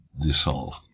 dissolved